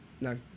No